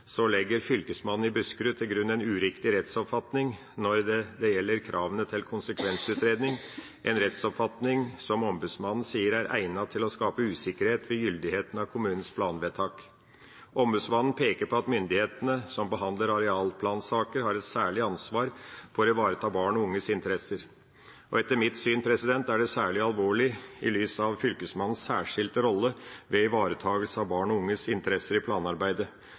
legger Fylkesmannen i Buskerud til grunn en uriktig rettsoppfatning når det gjelder kravene til konsekvensutredning, en rettsoppfatning som ombudsmannen sier er egnet til å skape usikkerhet om gyldigheten av kommunens planvedtak. Ombudsmannen peker på at myndighetene som behandler arealplansaker, har et særlig ansvar for å ivareta barn og unges interesser. Etter mitt syn er det særlig alvorlig i lys av Fylkesmannens særskilte rolle ved ivaretakelse av barn og unges interesser i planarbeidet.